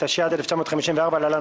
התשי"ד-1954 (להלן,